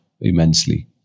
immensely